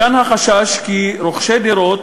מכאן החשש כי רוכשי דירות